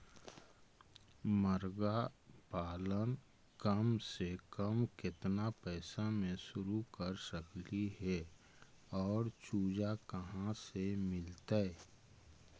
मरगा पालन कम से कम केतना पैसा में शुरू कर सकली हे और चुजा कहा से मिलतै?